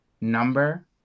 number